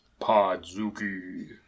Podzuki